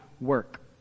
work